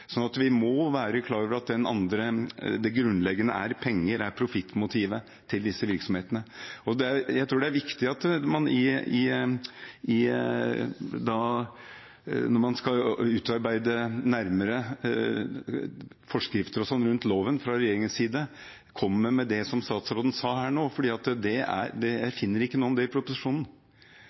Vi må være klar over at det grunnleggende for disse virksomhetene er penger, det er profittmotivet. Jeg tror det er viktig når man fra regjeringens side skal utarbeide nærmere forskrifter rundt loven, at det som statsråden sa her nå, kommer med, for jeg finner ikke noe om det i proposisjonen.